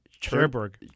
Cherbourg